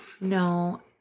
No